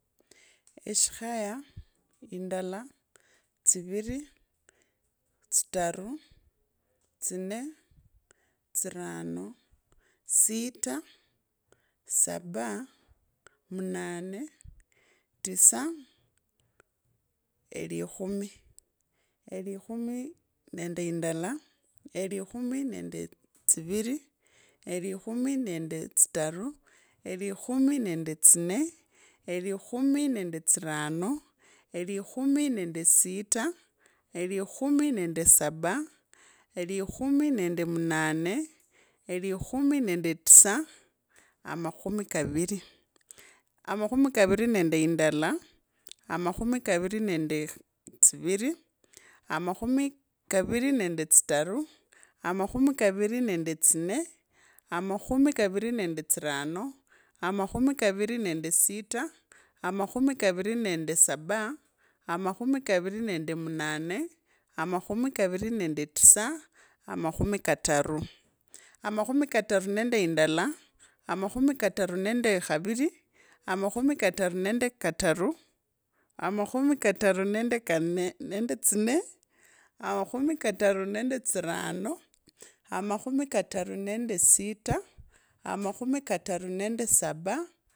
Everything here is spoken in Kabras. Eshikhaya, indala tsiviri, tsitara, tsitani. tsinne, tsirano, sita, sabaa, munane, tisaa, elikhumi, elikhumi nende indala, elikhumi nende tsiviri, elikhumirende tsitare, elikhumi nende tsinne, elikhumi, nende sita, elikhumi. nende sabaa, elikhumi nende munane, elikhumi nende tisa, elikhumi tsiviri, amakhumi kavire nende indala, amakhumi kaviri ndinde tsiviri, amakhumi kaviri nende tsiviri, amakhumi kaviri nende tsitara, amakhumi kaviri nende tsinne. Amakhumi kaviri nende tsirano, amakhumikavire nende sita, amakhumi kavire nende saba, amakhumi kuviri nende munane, amakhumi kaviri nende tisa khaviri, amakhumi kataru kateru nende indala, amakhumi kataru nende khaviri, amakhumi kataru nende khataru, amakhumi kataru nende tsinne amakhumikatani nende tsirano, amakhumikataru nende sita, amakhumi katara nende saba.